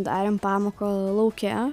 darėm pamoką lauke